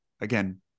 again